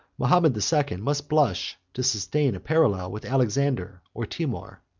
mahomet the second must blush to sustain a parallel with alexander or timour.